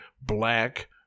Black